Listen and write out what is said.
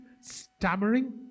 stammering